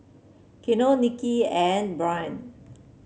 Quiana Nikki and Byron